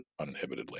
uninhibitedly